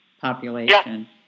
population